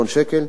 מיליון שקל.